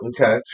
Okay